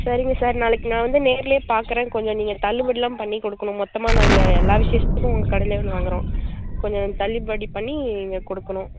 சரிங்க சார் நாளைக்கு நான் வந்து நேரிலேயே பாக்கிறேன் கொஞ்சம் நீங்கள் தள்ளுபடிலாம் பண்ணி கொடுக்கணும் மொத்தமாக நாங்கள் எல்லா விஷேசத்துக்கும் உங்கள் கடைலேயே வந்து வாங்குறோம் கொஞ்சம் தள்ளுபடி பண்ணி நீங்கள் கொடுக்கணும்